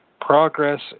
Progress